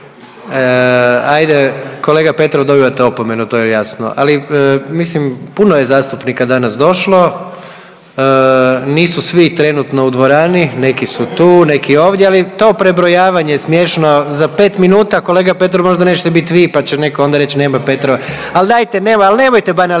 ajde kolega Petrov dobivate opomenu to je jasno, ali mislim puno je zastupnika danas došlo, nisu svi trenutno u dvorani neki su tu, neki ovdje, ali to prebrojavanje je smiješno. Za 5 minuta kolega Petrov možda nećete biti vi pa će netko onda reći nema Petrova, ali dajte nemojte, ali nemojte banali…,